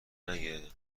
نگه